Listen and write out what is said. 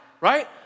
right